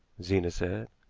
zena said.